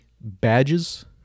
badges